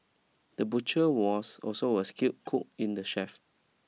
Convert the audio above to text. the butcher was also a skilled cook in the chef